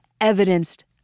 evidenced